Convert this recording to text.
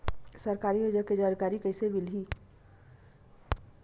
सरकारी योजना के जानकारी कइसे मिलही?